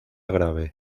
grave